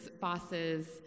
bosses